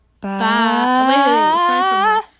Bye